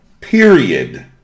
Period